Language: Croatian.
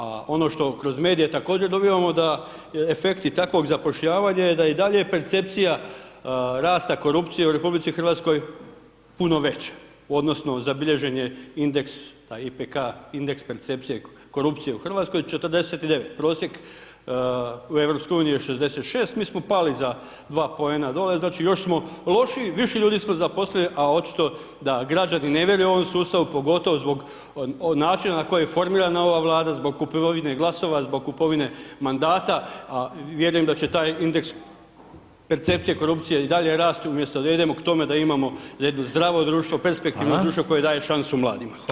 A ono što kroz medije također dobivamo da efekti takvog zapošljavanja je da je i dalje percepcija rasta korupcije u RH puno veća odnosno zabilježen je indeks IPK, indeks percepcije i korupcije u RH 49, prosjek u EU je 66, mi smo pali za 2 poena dole, znači, još smo lošiji, više ljudi smo zaposlili, a očito da građani ne vjeruju ovom sustavu, pogotovo zbog načina na koji je formirana ova Vlada, zbog kupovine glasova, zbog kupovine mandata, a vjerujem da će taj indeks percepcije, korupcije i dalje rasti umjesto da idemo k tome da imamo jedno zdravo društvo, perspektivno društvo [[Upadica: Hvala]] koje daje šansu mladima.